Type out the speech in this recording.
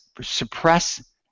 suppress